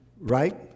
right